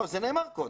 זה כן נאמר קודם.